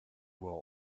old